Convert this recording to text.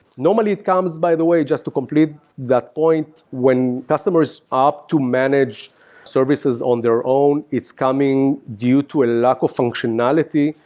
normally it come by the way, just to complete that point. when customers opt to managed services on their own, it's coming due to a lack of functionality,